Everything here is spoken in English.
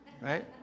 right